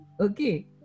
okay